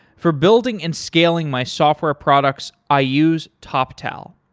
for building and scaling my software products i use toptal.